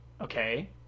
Okay